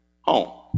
home